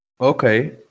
Okay